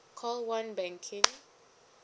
call one banking